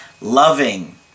Loving